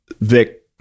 Vic